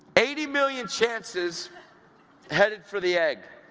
eighty million chances headed for the egg,